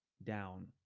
down